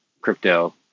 crypto